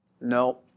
No